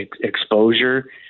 exposure